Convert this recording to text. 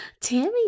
Tammy